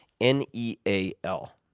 N-E-A-L